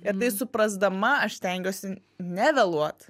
ir tai suprasdama aš stengiuosi nevėluot